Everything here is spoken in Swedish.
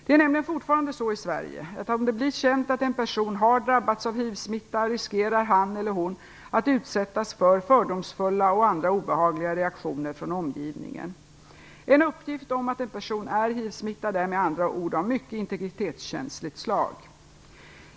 Det är nämligen fortfarande så i Sverige att om det blir känt att en person har drabbats av hivsmitta riskerar han eller hon att utsättas för fördomsfulla och andra obehagliga reaktioner från omgivningen. En uppgift om att en person är hivsmittad är med andra ord av mycket integritetskänsligt slag.